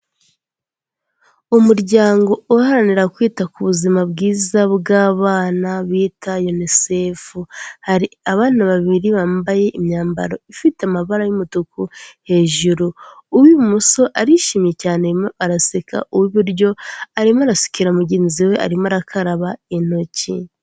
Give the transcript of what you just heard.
Umuryango uharanira kwita ku buzima bwiza bw'abana bita Unicef, hari abana babiri bambaye imyambaro ifite amabara y'umutuku hejuru, uw'ibumoso arishimye cyane araseka uw'iburyo arimo arasukira mugenzi we arimo arakaraba intoki.